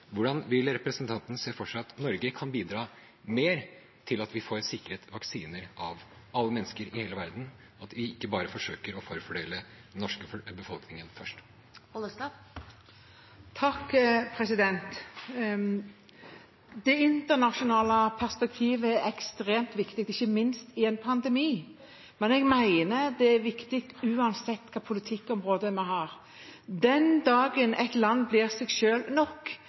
hvordan vil representanten se for seg at Norge kan bidra mer til at vi får sikret vaksiner til alle mennesker i hele verden, og at vi ikke bare forsøker å forfordele den norske befolkningen først? Det internasjonale perspektivet er ekstremt viktig, ikke minst i en pandemi, men jeg mener det er viktig uansett hvilket politikkområde vi har. Den dagen et land blir seg selv nok,